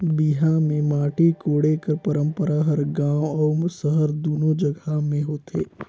बिहा मे माटी कोड़े कर पंरपरा हर गाँव अउ सहर दूनो जगहा मे होथे